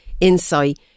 insight